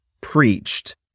Preached